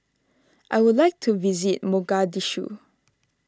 I would like to visit Mogadishu